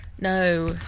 No